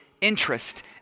interest